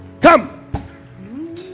Come